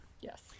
Yes